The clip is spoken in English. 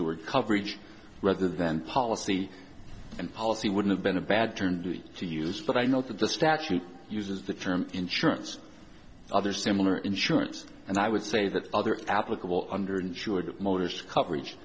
the word coverage rather than policy and policy would have been a bad turn to use but i note that the statute uses the term insurance other similar insurance and i would say that other applicable under insured motorists coverage